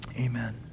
amen